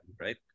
right